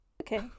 Okay